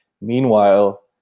Meanwhile